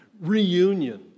reunion